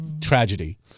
tragedy